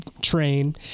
train